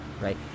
right